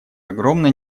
огромное